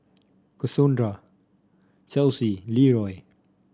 Cassondra Chelsey Leeroy